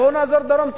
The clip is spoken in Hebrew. בואו נעזור דרום-צפון,